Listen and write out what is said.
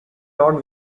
lord